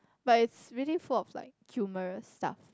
but it's really full of like humorous stuff